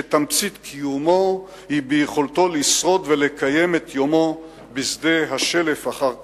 שתמצית קיומו הוא ביכולתו לשרוד ולקיים את יומו בשדה השלף אחר קציר.